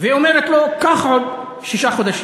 ואומרת לו: קח עוד שישה חודשים,